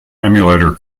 emulator